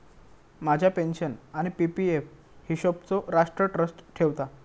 माझ्या पेन्शन आणि P P F हिशोबचो राष्ट्र ट्रस्ट ठेवता